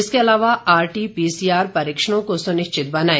इसके अलावा RT PCR परीक्षणों को सुनिश्चित बनाए